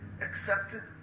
accepted